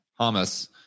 Hamas